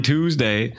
Tuesday